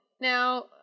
Now